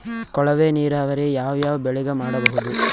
ಕೊಳವೆ ನೀರಾವರಿ ಯಾವ್ ಯಾವ್ ಬೆಳಿಗ ಮಾಡಬಹುದು?